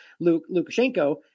Lukashenko